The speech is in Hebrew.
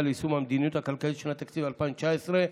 ליישום המדיניות הכלכלית לשנת התקציב 2019),